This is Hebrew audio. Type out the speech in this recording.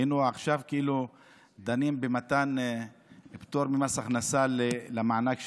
היינו עכשיו דנים במתן פטור ממס הכנסה למענק שלך.